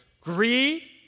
greed